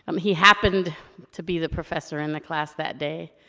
um he happened to be the professor in the class that day.